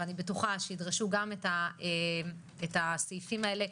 ובטוחה שידרשו גם את הסעיפים האלה,